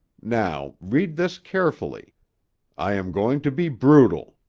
now, read this carefully i am going to be brutal.